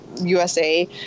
usa